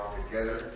together